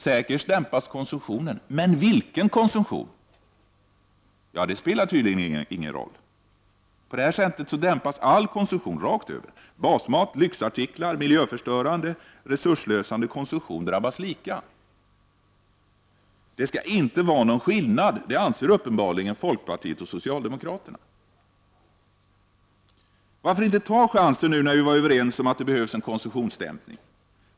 Säkert dämpas konsumtionen, men vilken konsumtion? Ja, det spelar tydligen ingen roll — all konsumtion rakt över: basmat, lyxartiklar och miljöförstörande resursslösande konsumtion drabbas lika. Det skall inte vara någon skillnad, anser uppenbarligen folkpartiet och socialdemokraterna. Varför inte ta chansen nu när vi är överens om att det behövs en konsumtionsdämpning?